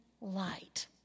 light